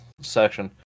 section